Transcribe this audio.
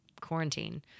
quarantine